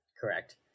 correct